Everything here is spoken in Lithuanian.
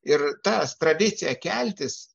ir ta tradicija keltis